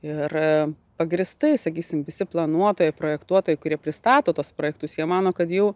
ir pagrįstai sakysim visi planuotojai projektuotojai kurie pristato tuos projektus jie mano kad jau